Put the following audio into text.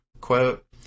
quote